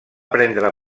prendre